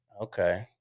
Okay